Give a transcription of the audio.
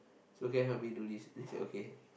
so can you help me do this then he say okay